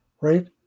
Right